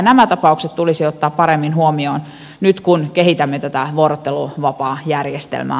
nämä tapaukset tulisi ottaa paremmin huomioon nyt kun kehitämme tätä vuorotteluvapaajärjestelmää